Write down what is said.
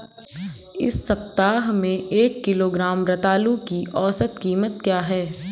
इस सप्ताह में एक किलोग्राम रतालू की औसत कीमत क्या है?